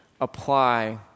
apply